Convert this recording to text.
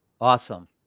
Awesome